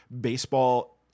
Baseball